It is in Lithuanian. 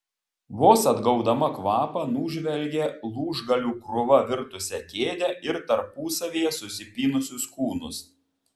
vos atgaudama kvapą nužvelgė lūžgalių krūva virtusią kėdę ir tarpusavyje susipynusius kūnus